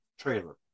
trailer